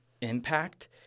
impact